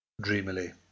dreamily